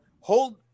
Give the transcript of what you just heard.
hold